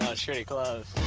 pretty close.